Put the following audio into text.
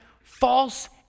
false